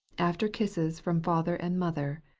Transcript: after kisses from father and mother.